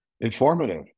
Informative